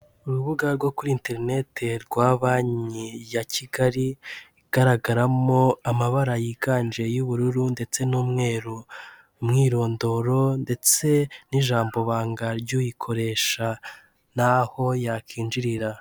Urubuga rwo kuri interineti rwa banki ya Kigali igaragaramo amabara yiganje y'ubururu ndetse n'umweru umwirondoro ndetse n'ijambo banga ry'uyikoresha n'aho yakwinjirira.